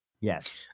Yes